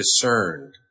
discerned